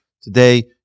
Today